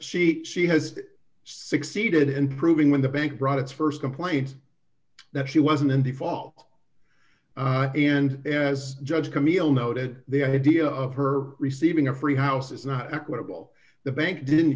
she she has succeeded in proving when the bank brought its st complaint that she wasn't in the fall and as judge camille noted the idea of her receiving a free house is not equitable the bank didn't